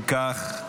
אם כך,